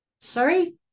Sorry